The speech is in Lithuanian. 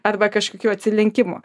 arba kažkokių atsilenkimų